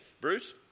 Bruce